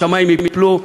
השמים ייפלו,